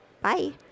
Bye